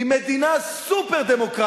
היא מדינה סופר-דמוקרטית,